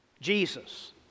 Jesus